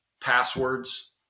passwords